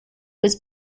was